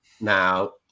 Now